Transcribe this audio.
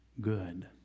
good